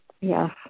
yes